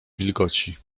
wilgoci